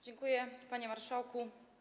Dziękuję, panie marszałku.